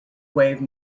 wave